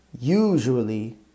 Usually